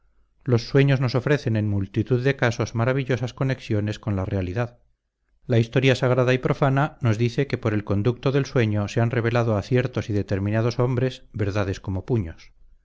los sueños nos ofrecen en multitud de casos maravillosas conexiones con la realidad la historia sagrada y profana nos dice que por el conducto del sueño se han revelado a ciertos y determinados hombres verdades como puños